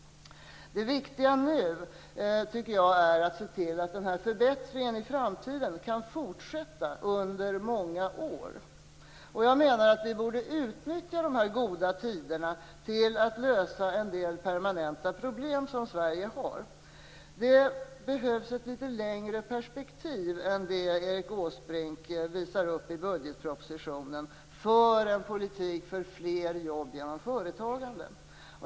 Det viktiga nu är att se till att den här förbättringen kan fortsätta under många år. Jag menar att vi borde utnyttja de goda tiderna till att lösa en del permanenta problem som Sverige har. Det behövs ett längre perspektiv än det Erik Åsbrink visar upp i budgetpropositionen för att vi skall få en politik för fler jobb genom företagande.